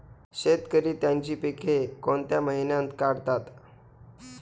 शेतकरी त्यांची पीके कोणत्या महिन्यात काढतात?